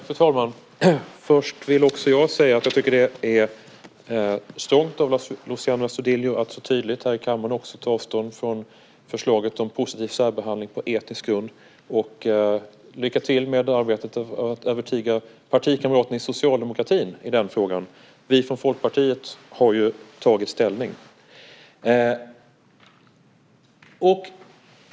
Fru talman! Först vill också jag säga att jag tycker att det är strongt av Luciano Astudillo att så tydligt här i kammaren ta avstånd från förslaget om positiv särbehandling på etnisk grund. Lycka till med arbetet att övertyga partikamraterna i socialdemokratin i den frågan! Vi från Folkpartiet har ju tagit ställning.